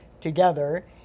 together